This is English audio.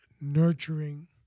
nurturing